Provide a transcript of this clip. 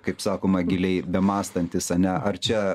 kaip sakoma giliai bemąstantis ane ar čia